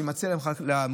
אני מציע למחוקקים,